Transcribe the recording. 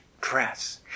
dress